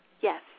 Yes